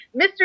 Mr